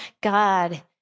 God